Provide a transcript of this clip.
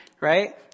right